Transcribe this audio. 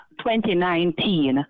2019